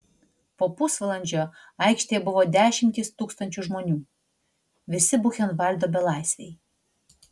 po pusvalandžio aikštėje buvo dešimtys tūkstančių žmonių visi buchenvaldo belaisviai